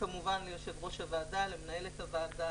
וכמובן ליושב-ראש הוועדה, למנהלת הוועדה.